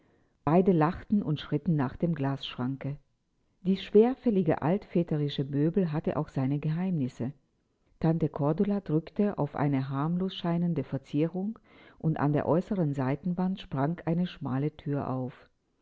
beide lachten und schritten nach dem glasschranke dies schwerfällige altväterische möbel hatte auch seine geheimnisse tante cordula drückte auf eine harmlos scheinende verzierung und an der äußeren seitenwand sprang eine schmale thür auf